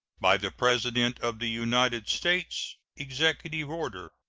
by the president of the united states. executive order.